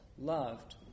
loved